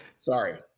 Sorry